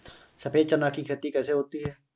सफेद चना की खेती कैसे होती है?